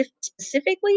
specifically